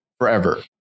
forever